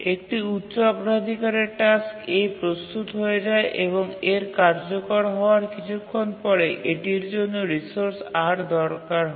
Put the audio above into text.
একটি উচ্চ অগ্রাধিকারের টাস্ক A প্রস্তুত হয়ে যায় এবং এর কার্যকর হওয়ার কিছুক্ষণ পরে এটির জন্য রিসোর্স R দরকার হয়